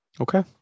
Okay